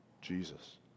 Jesus